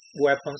weapons